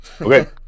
Okay